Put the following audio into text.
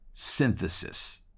Synthesis